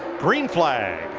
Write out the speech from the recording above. green flag.